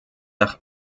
nach